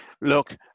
look